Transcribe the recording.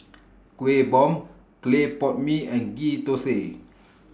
Kuih Bom Clay Pot Mee and Ghee Thosai